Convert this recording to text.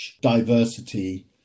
diversity